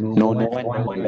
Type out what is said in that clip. no no one